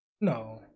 No